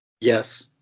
Yes